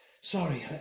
sorry